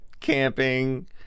camping